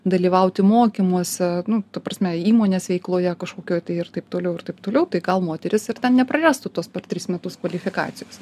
dalyvauti mokymuose nu ta prasme įmonės veikloje kažkokioj tai ir taip toliau ir taip toliau tai gal moteris ir ten neprarastų tos per tris metus kvalifikacijos